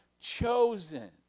chosen